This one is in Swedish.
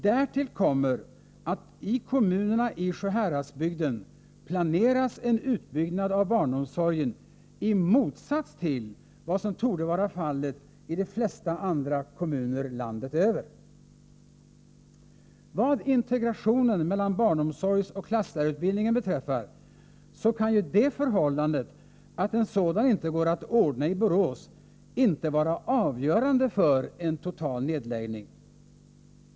Därtill kommer att i kommunerna i Sjuhäradsbygden planeras en utbyggnad av barnomsorgen i motsats till vad som torde vara fallet i de flesta andra kommuner landet över. Vad integrationen mellan barnomsorgsoch klasslärarutbildningen beträffar, så kan ju det förhållandet att en sådan inte går att ordna i Borås inte vara avgörande för en total nedläggning.